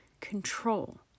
control